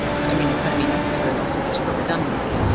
i mean, it's going to be necessary also, just for redundancy,